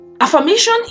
Affirmation